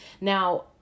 Now